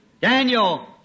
Daniel